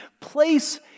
place